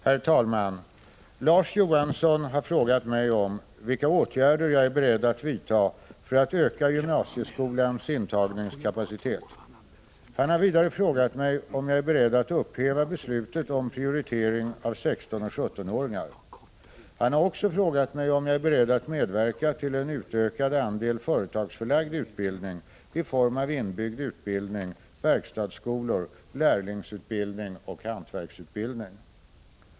Herr talman! Larz Johansson har frågat mig om vilka åtgärder jag är beredd att vidta för att öka gymnasieskolans intagningskapacitet. Han har vidare frågat mig om jag är beredd att upphäva beslutet om prioritering av 16 och 17-åringar. Han har också frågat mig om jag är beredd att medverka till en utökad andel företagsförlagd utbildning i form av inbyggd utbildning, verkstadsskolor, lärlingsutbildning och hantverksutbildning.